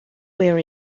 wear